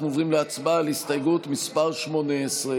משום שהיום התברר שאתם מקצצים בסובסידיות